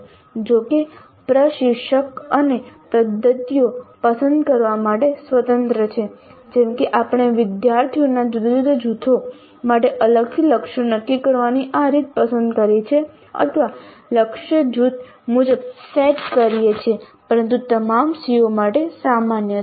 જો કે પ્રશિક્ષક અન્ય પદ્ધતિઓ પસંદ કરવા માટે સ્વતંત્ર છે જેમ કે આપણે વિદ્યાર્થીઓના જુદા જુદા જૂથો માટે અલગથી લક્ષ્યો નક્કી કરવાની આ રીત પસંદ કરી છે અથવા લક્ષ્ય જૂથ મુજબ સેટ કરીએ છીએ પરંતુ તમામ CO માટે સામાન્ય છે